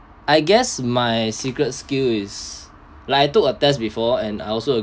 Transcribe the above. I guess my secret skill is like I took a test before and I also